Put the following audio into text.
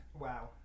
Wow